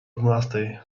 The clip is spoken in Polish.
dwunastej